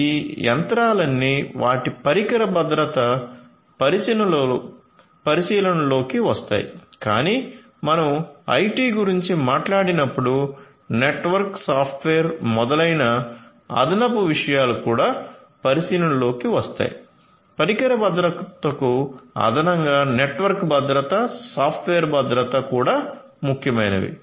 ఈ యంత్రాలన్నీ వాటి పరికర భద్రత పరిశీలనలోకి వస్తాయి కానీ మనం ఐటి గురించి మాట్లాడినప్పుడు నెట్వర్క్ సాఫ్ట్వేర్ మొదలైన అదనపు విషయాలు కూడా పరిశీలనలోకి వస్తాయి పరికర భద్రతకు అదనంగా నెట్వర్క్ భద్రత సాఫ్ట్వేర్ భద్రత కూడా ముఖ్యమైనవి